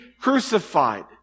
crucified